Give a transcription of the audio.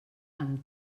amb